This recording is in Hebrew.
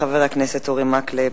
חבר הכנסת אורי מקלב,